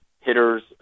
hitters